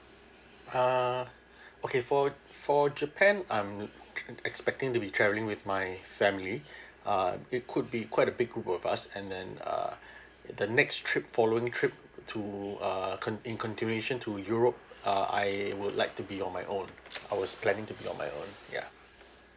err okay for for japan I'm expecting to be travelling with my family uh it could be quite a big group of us and then uh the next trip following trip to uh conti~ in continuation to europe uh I would like to be on my own I was planning to be on my own ya